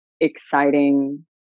exciting